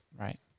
right